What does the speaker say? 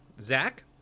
zach